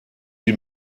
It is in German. die